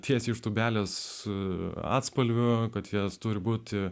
tiesiai iš tūbelės su atspalviu kad jos turi būti